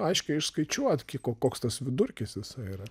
aiškiai išskaičiuot kie ko koks tas vidurkis jisai yra